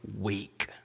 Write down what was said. weak